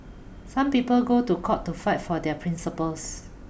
some people go to court to fight for their principles